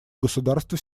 государства